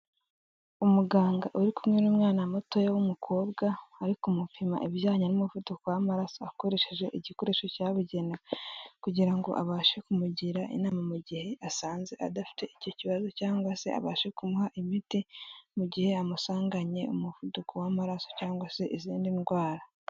Umuganga uri kumwe n'umwana mutoya w'umukobwa ari kumupima ibijyanye n'umuvuduko w'amaraso akoresheje igikoresho cyabugenewe, kugira ngo abashe kumugira inama mu gihe asanze adafite icyo kibazo cyangwa se abashe kumuha imiti mu gihe yamusanganye umuvuduko w'amaraso cyangwa se izindi ndwara.